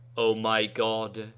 o my god!